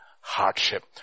hardship